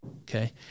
okay